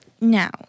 Now